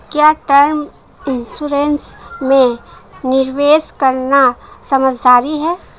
क्या term insurance में निवेश करना समझदारी है?